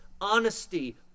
honesty